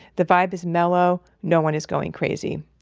the vibe is mellow. no one is going crazy.